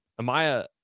amaya